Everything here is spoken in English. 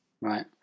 Right